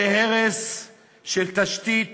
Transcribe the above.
זה הרס של תשתית